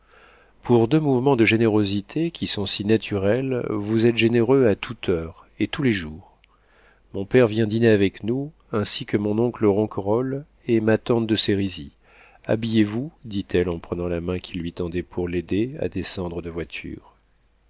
pour deux mouvements de générosité qui sont si naturels vous êtes généreux à toute heure et tous les jours mon père vient dîner avec nous ainsi que mon oncle ronquerolles et ma tante de sérizy habillez-vous dit-elle en prenant la main qu'il lui tendait pour l'aider à descendre de voiture